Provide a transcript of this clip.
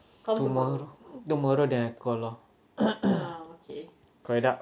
tomorrow tomorrow dah call dah kalau tidak